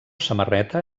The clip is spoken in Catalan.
samarreta